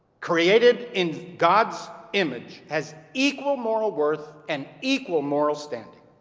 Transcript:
created in god's image, has equal moral worth and equal moral standing.